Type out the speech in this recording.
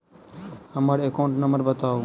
हम्मर account number बताऊ?